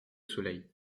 soleil